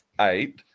eight